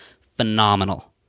phenomenal